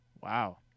Wow